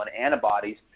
antibodies